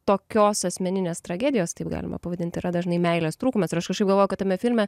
tokios asmeninės tragedijos taip galima pavadint yra dažnai meilės trūkumas ir aš kažkaip galvoju kad tame filme